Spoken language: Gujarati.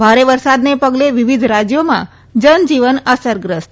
ભારે વરસાદના પગલે વિવિધ રાજયોમાં જનજીવન અસરગ્રસ્ત